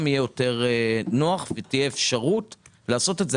יהיה יותר נוח ותהיה אפשרות לעשות את זה.